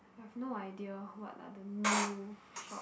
have no idea what are the new shop